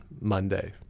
Monday